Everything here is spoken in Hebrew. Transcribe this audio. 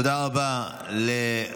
תודה רבה לשר